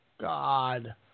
God